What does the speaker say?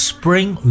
Spring